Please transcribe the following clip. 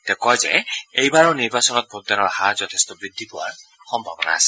তেওঁ লগতে কয় যে এইবাৰৰ নিৰ্বাচনত ভোটদাতাৰ সংখ্যা যথেষ্ট বৃদ্ধি পোৱাৰ সম্ভাৱনা আছে